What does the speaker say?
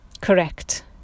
Correct